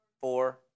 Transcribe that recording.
four